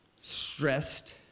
stressed